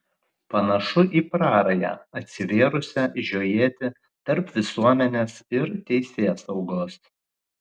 panašu į prarają atsivėrusią žiojėti tarp visuomenės ir teisėsaugos